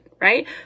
right